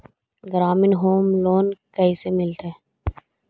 ग्रामीण home loan कैसे मिलतै?